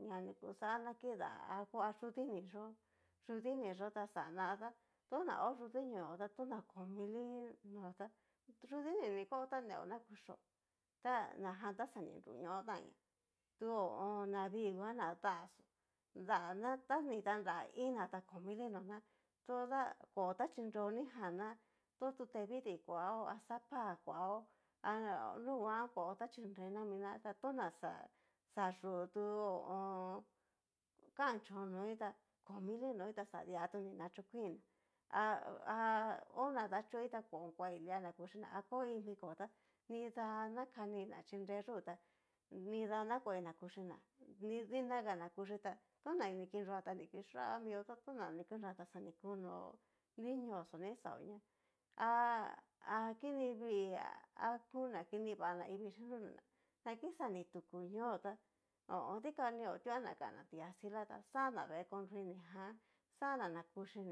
nña ni kixa kina arco a yudinii yó, yudinii ypo ta xana tá, tana ho yudinio ta tona koo mili no ta yudinini kuao tá neo n kuchio ta najan ta xa ni nruñotanña, tu ho o on. na vii nguan na daxó, dana ta ni tanra iin na ta ko mili nona toda ko ta chinreo nijan ná tu tutevidii kua ha sapa kuaó anunguan kuap ta chinrena mina, atona xa yú tu kan chón noi tá ko mili noí ta xa dia tu ni nachokuín ná, ha ha ona dachoi kui lia na kuxhina a ko iin viko ta nidana kaní na chinre yú ta nidana kuai na kuchiná, dinagana kuchí ta tona ni kinroa ta ni kixán mio tona oni kinroa ta xa ni kunó ni ñóoxo nixaoña há ha kini vii aku na kini va naivii xhinruna ña na kixa ni tuku ñóo tá ho o on. dikan ni otuana kan'na tikastila xala vee konrui nijan xana na kuxhiná.